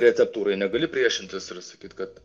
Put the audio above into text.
receptūrai negali priešintis ir sakyt kad